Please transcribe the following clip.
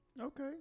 Okay